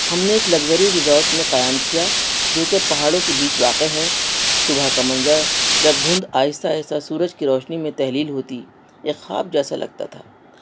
ہم نے ایک لگزری ریزارٹ میں قیام کیا جو کہ پہاڑوں کے بیچ واقع ہے صبح کا منظر جب دھند آہستہ آہستہ سورج کی روشنی میں تحلیل ہوتی ایک خواب جیسا لگتا تھا